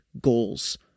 goals